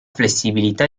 flessibilità